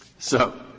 so,